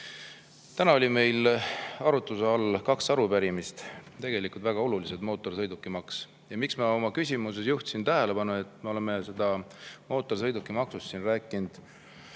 Täna oli meil arutluse all kaks arupärimist, tegelikult väga olulised, mootorsõidukimaksu kohta. Miks ma oma küsimuses juhtisin tähelepanu, et me oleme mootorsõidukimaksust rääkinud